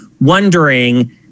wondering